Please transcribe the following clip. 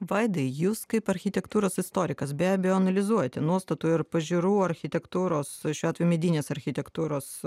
vaidai jūs kaip architektūros istorikas be abejo analizuojate nuostatų ir pažiūrų architektūros šiuo atveju medinės architektūros